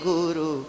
Guru